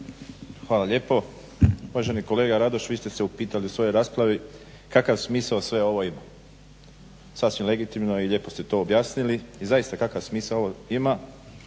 Hvala lijepo. Uvaženi kolega Radoš vi ste se upitali u svojoj raspravi kakav smisao sve ovo ima? Sasvim legitimno i lijepo ste to objasnili i zaista kakav smisao ovo ima?